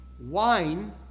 wine